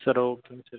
sir ஓகேங்க sir